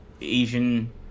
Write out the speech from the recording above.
Asian